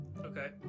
Okay